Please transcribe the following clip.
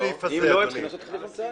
הם צריכים לעשות תחליף המצאה,